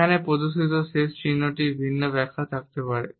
এখানে প্রদর্শিত শেষ চিহ্নটিরও ভিন্ন ব্যাখ্যা থাকতে পারে